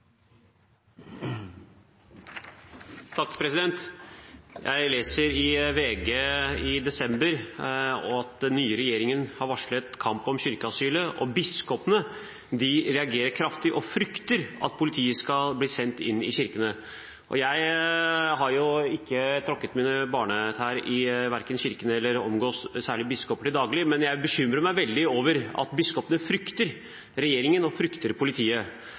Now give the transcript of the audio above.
Jeg leste i VG i desember at den nye regjeringen hadde varslet kamp om kirkeasylet, og at biskopene reagerte kraftig og fryktet at politiet skulle bli sendt inn i kirkene. Jeg har verken trådt mine barnesko i kirken eller omgåttes særlig biskoper til daglig, men jeg bekymrer meg veldig over at biskopene frykter regjeringen og frykter politiet.